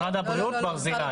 משרד הבריאות ברזילי.